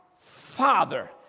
father